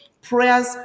prayers